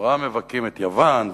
נורא מבכים את יוון,